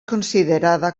considerada